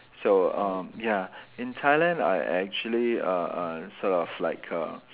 so um ya in Thailand I actually uh uh sort of like uh